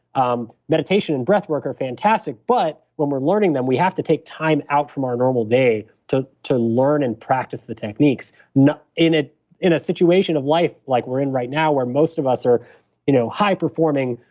um meditation and breath work are fantastic, but when we're learning them, we have to take time out from our normal day to to learn and practice the techniques. in it in a situation of life like we're in right now, where most of us are you know high-performing,